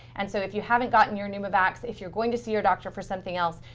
and so if you haven't gotten your pneumo vax, if you're going to see your doctor for something else,